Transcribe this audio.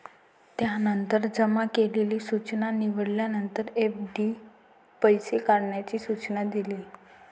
त्यानंतर जमा केलेली सूचना निवडल्यानंतर, एफ.डी पैसे काढण्याचे सूचना दिले